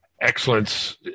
excellence